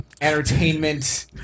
entertainment